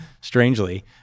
strangely